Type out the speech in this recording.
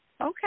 Okay